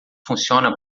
funciona